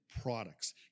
products